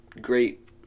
great